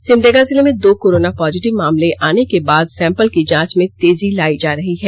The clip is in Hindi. सिमडेगा जिले में दो कोरोना पॉजिटिव मामले आने के बाद सैंपल की जांच में तेजी लाई जा रही है